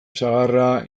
sagarra